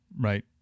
right